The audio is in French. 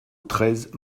treize